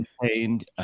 contained